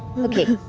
okay.